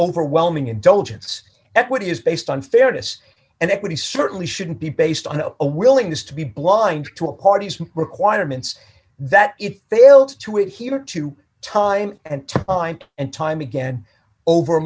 overwhelming indulgence equity is based on fairness and equity certainly shouldn't be based on a willingness to be blind to a party's requirements that it failed to it here to time and time and time again over